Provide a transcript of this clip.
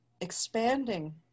expanding